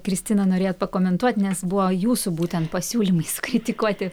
kristina norėjot pakomentuot nes buvo jūsų būtent pasiūlymai sukritikuoti